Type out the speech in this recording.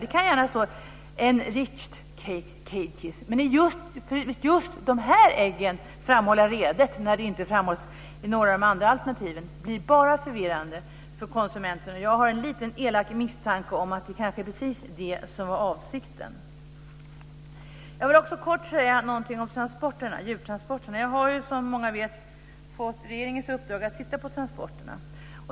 Det kan gärna stå enriched cages. Att just när det gäller de här äggen framhålla redet när det inte framhålls i några av de andra alternativen blir bara förvirrande för konsumenten. Och jag har en liten elak misstanke om att det kanske är precis det som är avsikten. Jag vill också kort säga någonting om djurtransporterna. Jag har ju, som många vet, fått regeringens uppdrag att titta på transporterna.